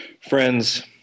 Friends